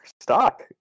stock